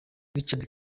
rachid